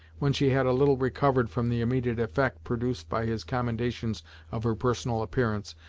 when she had a little recovered from the immediate effect produced by his commendations of her personal appearance,